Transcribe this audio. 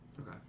Okay